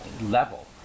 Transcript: level